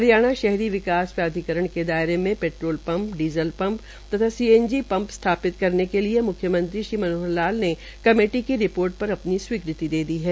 हरियाणा शहरी निकाय प्राधिकरण के दायरे में पेट्रोल पंप डीज़ल पंप तथा सीएनजी पंप स्थापित करने के लिए म्ख्यमंत्री श्री मनोहर ला ने कमेटी की रिपोर्ट पर अपनी स्वीकृति दे दी है